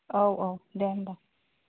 औ औ दे होमब्ला